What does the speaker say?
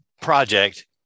project